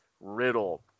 Riddle